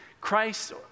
Christ